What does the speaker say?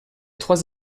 trois